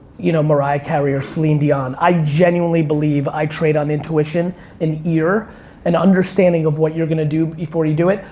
you know, mariah carey or celine dion. i genuinely believe i trade on intuition and ear and understanding of what you're gonna do before you do it,